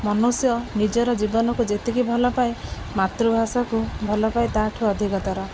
ମନୁଷ୍ୟ ନିଜର ଜୀବନକୁ ଯେତିକି ଭଲ ପାଏ ମାତୃଭାଷାକୁ ଭଲ ପାଏ ତାହାଠୁ ଅଧିକତର